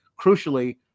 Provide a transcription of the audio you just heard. crucially